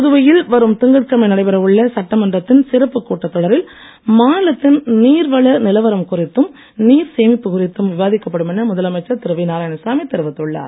புதுவையில் வரும் திங்கட்கிழமை நடைபெறவுள்ள சட்டமன்றத்தின் சிறப்பு கூட்டத் தொடரில் மாநிலத்தின் நீர்வள நிலவரம் குறித்தும் நீர் சேமிப்பு குறித்தும் விவாதிக்கப்படும் என முதலமைச்சர் திரு நாராயணசாமி தெரிவித்துள்ளார்